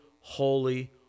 holy